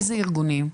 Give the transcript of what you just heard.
איזה ארגונים?